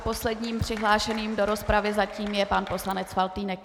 Posledním přihlášeným do rozpravy zatím je pan poslanec Faltýnek.